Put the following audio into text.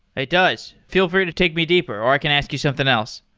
it does. feel free to take me deeper, or i can ask you something else.